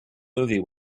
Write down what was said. movie